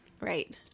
right